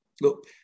look